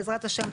בעזרת השם,